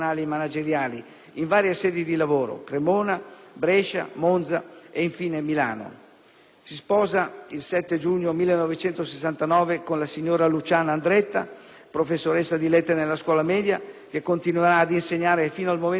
in varie sedi di lavoro: Cremona, Brescia, Monza, infine Milano in via Washington. Si sposa il 7 giugno 1969 con la signora Luciana Andretta, professoressa di lettere nella scuola media, che continuerà ad insegnare fino al momento della pensione.